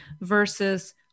versus